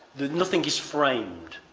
nothing is framed.